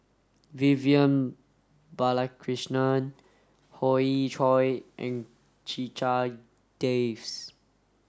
Vivian Balakrishnan Hoey Choo and Checha Davies